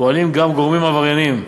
פועלים גם גורמים עברייניים,